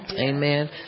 Amen